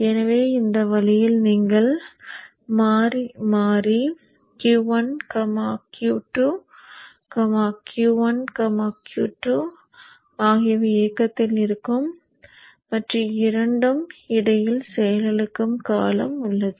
எனவே இந்த பாணியில் நீங்கள் மாறி மாறி Q1 Q2 Q1 Q2 ஆகியவை இயக்கத்தில் இருக்கும் மற்றும் இடையில் இரண்டும் செயலிழக்கும் காலம் உள்ளது